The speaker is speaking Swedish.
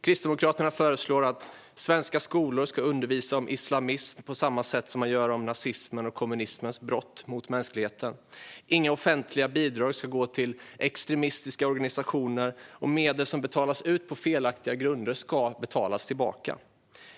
Kristdemokraterna föreslår att svenska skolor ska undervisa om islamism på samma sätt som de gör om nazismens och kommunismens brott mot mänskligheten. Inga offentliga bidrag ska gå till extremistiska organisationer, och medel som betalas ut på felaktiga grunder ska betalas tillbaka.